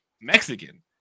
mexican